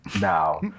now